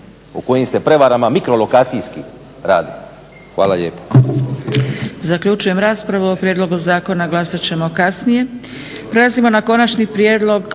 o kojim se prevarama mikrolokacijski radi. Hvala lijepo.